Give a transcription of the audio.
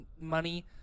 money